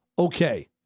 Okay